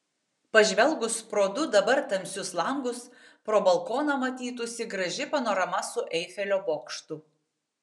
pažvelgus pro du dabar tamsius langus pro balkoną matytųsi graži panorama su eifelio bokštu